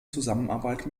zusammenarbeit